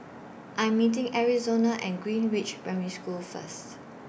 I Am meeting Arizona At Greenridge Primary School First